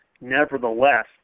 Nevertheless